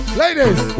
ladies